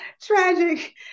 tragic